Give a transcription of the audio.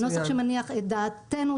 נוסח שמניח את דעתנו,